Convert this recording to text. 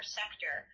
sector